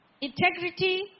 Integrity